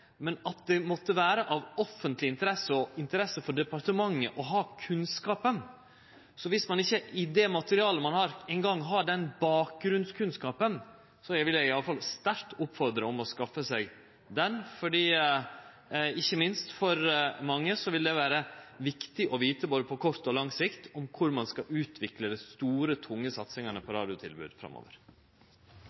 Men det må jo vere av offentleg interesse og interesse for departementet å ha kunnskapen, så viss ein ikkje i det materialet ein har, eingong har den bakgrunnskunnskapen, så vil eg iallfall sterkt oppmode om å skaffe seg den, ikkje minst fordi det for mange vil vere viktig å vite på både kort og lang sikt kor ein skal utvikle dei store, tunge satsingane på radiotilbod framover.